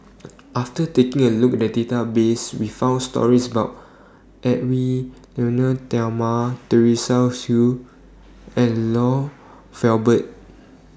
after taking A Look At The Database We found stories about Edwy Lyonet Talma Teresa Hsu and Lloyd Valberg